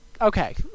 Okay